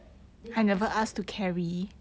then you help me buy